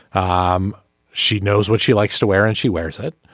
um she knows what she likes to wear and she wears it.